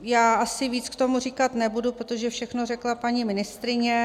Já asi víc k tomu říkat nebudu, protože všechno řekla paní ministryně.